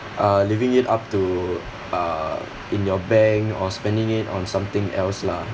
uh leaving it up to uh in your bank or spending it on something else lah